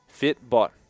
Fitbot